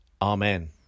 Amen